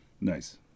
Nice